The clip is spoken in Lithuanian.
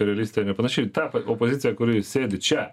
realistė nepanaši į tą opoziciją kuri sėdi čia